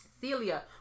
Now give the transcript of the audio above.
Celia